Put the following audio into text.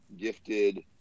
gifted